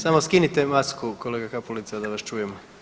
Samo skinite masku kolega Kapulica da vas čujemo.